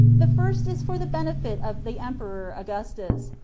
the first is for the benefit of the emperor augustus,